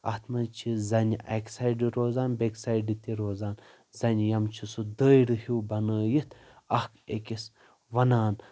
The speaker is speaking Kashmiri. اتھ منٛز چھِ زنہِ اکہِ سایڈٕ روزان بٮ۪کہِ سایڈٕ تہِ روزان زنہِ یِم چھِ سُہ دٲیرٕ ہیوٗ بنٲیِتھ اکھ أکس ونَان